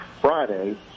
Friday